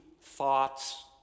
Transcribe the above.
thoughts